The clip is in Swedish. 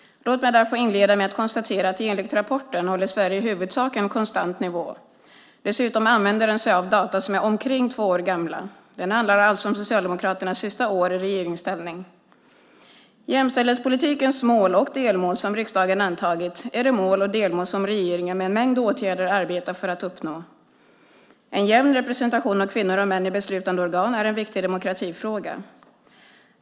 Låt mig därför inleda med att konstatera att enligt rapporten håller Sverige i huvudsak en konstant nivå. Dessutom använder den sig av data som är omkring två år gamla. Den handlar alltså om Socialdemokraternas sista år i regeringsställning. Jämställdhetspolitikens mål och delmål som riksdagen antagit är det mål och delmål som regeringen med en mängd åtgärder arbetar för att uppnå. En jämn representation av kvinnor och män i beslutande organ är en viktig demokratifråga.